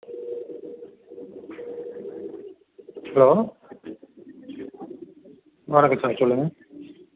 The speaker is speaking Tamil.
ஹலோ வணக்கம் சார் சொல்லுங்கள்